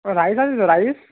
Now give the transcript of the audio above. rice আছে তো rice